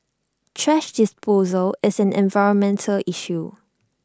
thrash disposal is an environmental issue